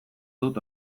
dut